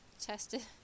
tested